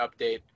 update